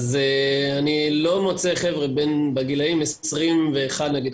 אני לא מוצא חבר'ה בגילאים עשרים ואחד נגיד,